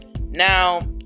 Now